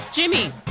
Jimmy